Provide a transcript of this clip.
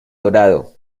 dorado